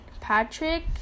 patrick